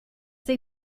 they